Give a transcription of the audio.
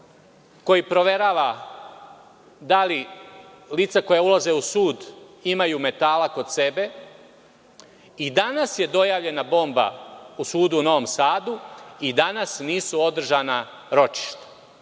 koji proverava da li lica koja ulaze u sud imaju metala kod sebe, i danas je dojavljena bomba u sudu u Novom Sadu i danas nisu održana ročišta